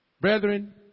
Brethren